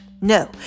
no